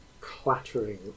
clattering